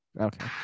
Okay